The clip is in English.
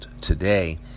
today